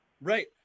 right